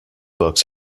books